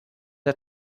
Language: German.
der